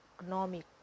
economic